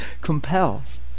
compels